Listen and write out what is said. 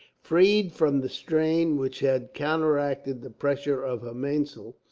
freed from the strain which had counteracted the pressure of her mainsail,